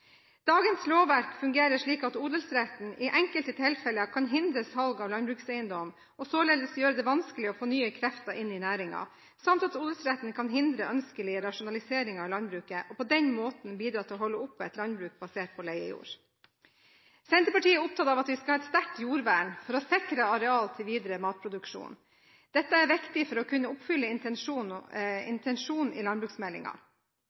Dagens lovverk fungerer slik at odelsretten i enkelte tilfeller kan hindre salg av landbrukseiendom og således gjøre det vanskelig å få nye krefter inn i næringen, samt at odelsretten kan hindre ønskelige rasjonaliseringer i landbruket, og på den måten bidra til å holde oppe et landbruk basert på leiejord. Senterpartiet er opptatt av at vi skal ha et sterkt jordvern for å sikre areal til videre matproduksjon. Dette er viktig for å kunne oppfylle intensjonen i